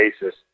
basis